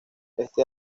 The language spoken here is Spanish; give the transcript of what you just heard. este